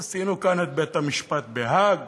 עשינו כאן את בית-המשפט בהאג?